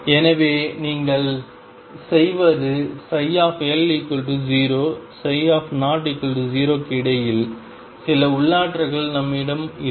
எனவே நீங்கள் செய்வது L0 00 க்கு இடையில் சில உள்ளாற்றல்கள் நம்மிடம் இருக்கும்